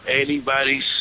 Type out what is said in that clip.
anybody's